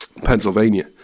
Pennsylvania